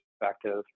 perspective